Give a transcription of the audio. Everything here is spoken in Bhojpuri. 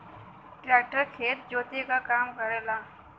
ट्रेक्टर खेत जोते क काम करेला